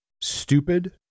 stupid